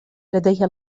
لديها